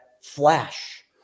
flash